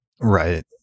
Right